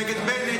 נגד בנט,